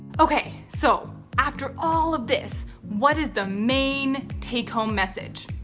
okay, so after all of this what is the main take-home message?